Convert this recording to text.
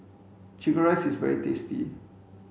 chicken rice is very tasty